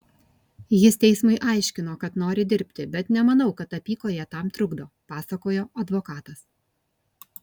jis teismui aiškino kad nori dirbti bet nemanau kad apykojė tam trukdo pasakojo advokatas